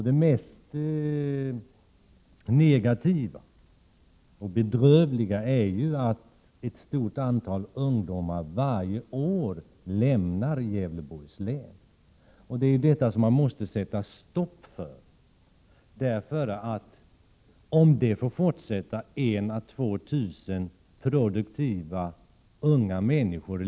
Det bedrövliga och det mest negativa är att ett stort antal ungdomar lämnar varje år Gävleborgs län. Det måste man sätta stopp för, eftersom länet varje år går miste om 1 000 å 2 000 produktiva unga människor.